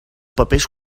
papers